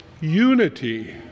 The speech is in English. unity